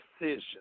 decision